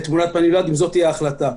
אם זו תהיה החלטה.